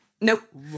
Nope